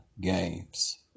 games